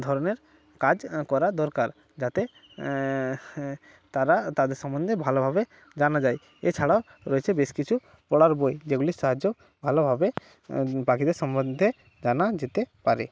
ধরনের কাজ করা দরকার যাতে তারা তাদের সম্বন্ধে ভালোভাবে জানা যায় এছাড়াও রয়েছে বেশ কিছু পড়ার বই যেগুলির সাহায্যেও ভালোভাবে পাখিদের সম্বন্ধে জানা যেতে পারে